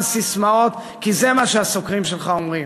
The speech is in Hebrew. ססמאות כי זה מה שהסוקרים שלך אומרים.